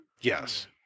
Yes